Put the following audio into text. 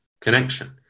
connection